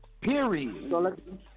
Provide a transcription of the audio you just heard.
Period